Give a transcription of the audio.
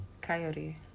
Coyote